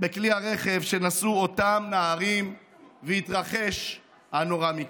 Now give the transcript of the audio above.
בכלי הרכב שבו נסעו אותם נערים והתרחש הנורא מכול.